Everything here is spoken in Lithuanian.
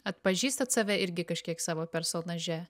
atpažįstat save irgi kažkiek savo personaže